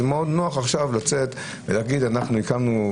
זה מאוד נוח עכשיו לצאת להגיד: אנחנו הקמנו,